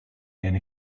and